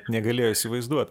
negalėjo įsivaizduot